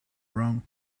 wrong